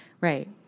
Right